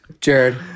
Jared